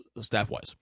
staff-wise